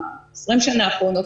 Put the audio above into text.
ה-20 שנה האחרונות,